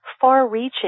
far-reaching